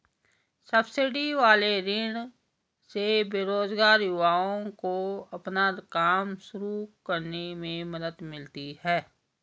subsidy वाले ऋण से बेरोजगार युवाओं को अपना काम शुरू करने में मदद मिलती है